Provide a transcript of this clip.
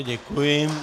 Děkuji.